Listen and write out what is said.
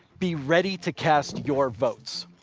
be ready to cast your votes.